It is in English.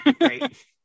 Right